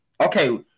Okay